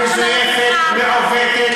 זו דמוקרטיה מזויפת, מעוותת.